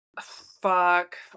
Fuck